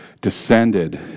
descended